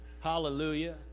Hallelujah